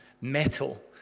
metal